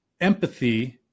empathy